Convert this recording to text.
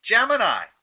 Gemini